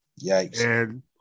Yikes